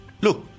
Look